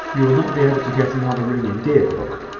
you will not be able to get another ring in deerbrook.